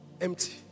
empty